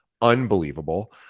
Unbelievable